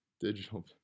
Digital